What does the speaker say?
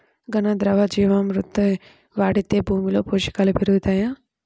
ఘన, ద్రవ జీవా మృతి వాడితే భూమిలో పోషకాలు పెరుగుతాయా?